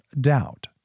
doubt